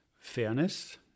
Fairness